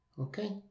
okay